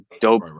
dope